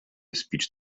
speech